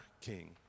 King